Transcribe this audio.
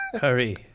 Hurry